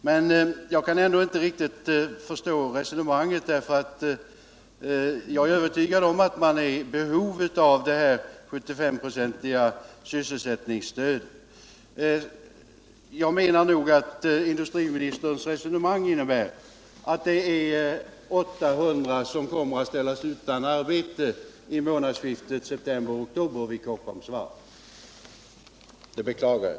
Men jag kan ändå inte riktigt förstå resonemanget, för jag är övertygad om att man är i behov av detta 75-procentiga sysselsättningsstöd. Jag menar nog att industriministerns resonemang innebär att 800 kommer att ställas utan arbete i månadsskiftet september-oktober vid Kockums varv. Det beklagar jag.